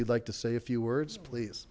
you'd like to say a few words please